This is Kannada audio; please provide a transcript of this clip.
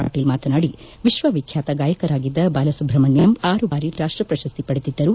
ಪಾಟೀಲ್ ಮಾತನಾದಿ ವಿಶ್ವವಿಖ್ಯಾತ ಗಾಯಕರಾಗಿದ್ದ ಬಾಲಸುಬ್ರಹ್ಮಣ್ಯಂ ಆರು ಬಾರಿ ರಾಷ್ಟಪ್ರಶಸ್ತಿ ಪಡೆದಿದ್ದರು